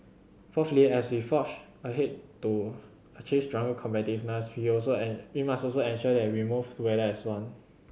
fourthly as we forge ahead to achieve stronger competitiveness we also must also ensure that we move together as one